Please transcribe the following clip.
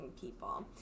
people